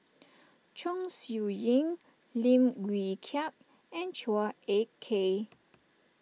Chong Siew Ying Lim Wee Kiak and Chua Ek Kay